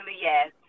yes